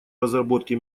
разработке